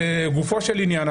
לגופו של עניין,